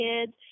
kids